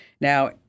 Now